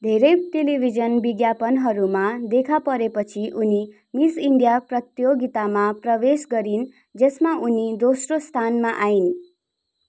धेरै टेलिभिजन विज्ञापनहरूमा देखा परेपछि उनी मिस इन्डिया प्रतियोगितामा प्रवेश गरिन् जसमा उनी दोस्रो स्थानमा आइन्